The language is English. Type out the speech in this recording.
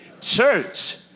church